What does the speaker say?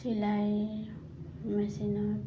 চিলাই মেচিনত